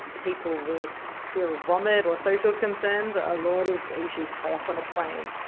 people with fear of vomit or social concerns, a lot of issues play up on a plane.